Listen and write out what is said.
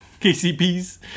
KCP's